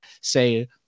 say